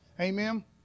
Amen